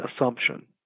assumption